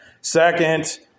Second